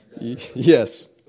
Yes